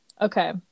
okay